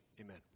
amen